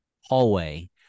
hallway